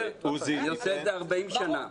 אני עושה את זה 40 שנים.